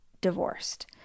divorced